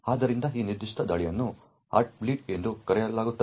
ಆದ್ದರಿಂದ ಈ ನಿರ್ದಿಷ್ಟ ದಾಳಿಯನ್ನು ಹಾರ್ಟ್ ಬ್ಲೀಡ್ ಎಂದು ಕರೆಯಲಾಗುತ್ತದೆ